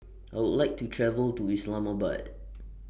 I Would like to travel to Islamabad